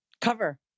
cover